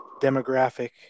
demographic